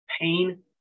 pain